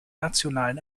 nationalen